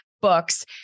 books